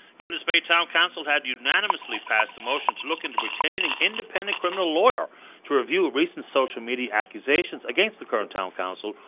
witless bay town council had unanimously passed a motion to look into retaining independent criminal lawyer to review a recent social media accusations against the current town council.